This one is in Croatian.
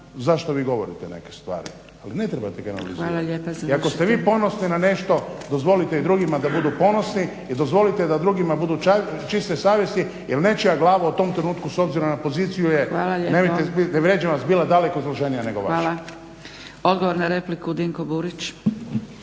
zašto vi govorite neke stvari, ali ne trebate generalizirati. I ako ste vi ponosni na nešto dozvolite i drugima da budu ponosni i dozvolite da drugima budu čiste savjesti jer nečija glava u tom trenutku s obzirom na poziciju je… …/Upadica Zgrebec: Hvala lijepa./… … ne vrijeđam vas bila daleko izloženija